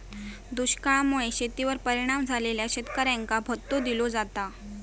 दुष्काळा मुळे शेतीवर परिणाम झालेल्या शेतकऱ्यांका भत्तो दिलो जाता